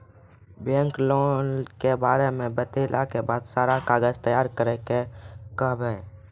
Bank loan के बारे मे बतेला के बाद सारा कागज तैयार करे के कहब?